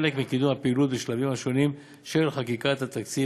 כחלק מקידום הפעילות בשלבים השונים של חקיקת התקציב